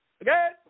again